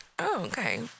okay